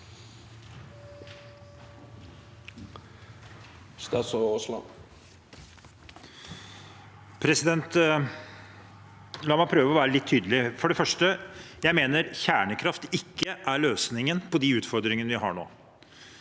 La meg prøve å være litt tydelig. For det første: Jeg mener kjernekraft ikke er løsningen på de utfordringene vi har nå.